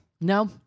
No